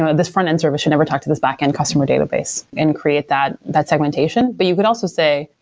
ah this front-end service should never talk to this back-end customer database and create that that segmentation. but you could also say,